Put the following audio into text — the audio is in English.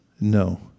No